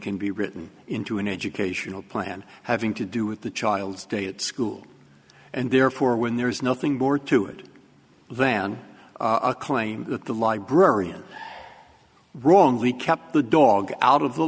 can be written into an educational plan having to do with the child's day at school and therefore when there is nothing more to it than a claim that the librarian wrongly kept the dog out of the